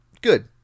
good